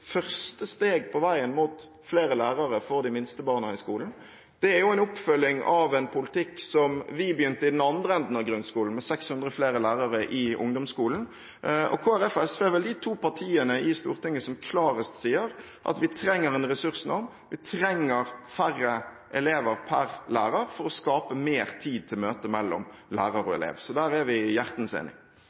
første steg på veien mot flere lærere for de minste barna i skolen. Det er en oppfølging av en politikk som vi begynte med i den andre enden av grunnskolen: 600 flere lærere i ungdomsskolen. Kristelig Folkeparti og SV er vel de to partiene på Stortinget som klarest sier at vi trenger en ressursnorm, vi trenger færre elever per lærer for å skape mer tid til møtet mellom lærer og elev. Så der er vi hjertens